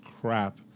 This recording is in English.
crap